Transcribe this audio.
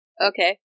Okay